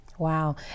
Wow